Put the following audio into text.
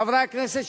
חברי הכנסת,